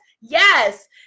yes